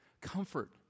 Comfort